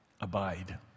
Abide